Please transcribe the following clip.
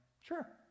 Sure